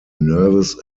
nervous